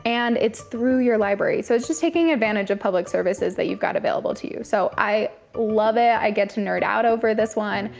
and it's through your library. so it's just taking advantage of public services that you've got available to you. so i love it. i get to nerd out over this one.